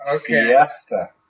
fiesta